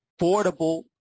affordable